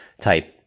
type